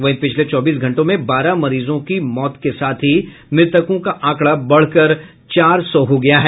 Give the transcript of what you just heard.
वहीं पिछले चौबीस घंटों में बारह मरीजों की मौत के साथ ही मृतकों का आंकड़ा बढ़कर चार सौ हो गया है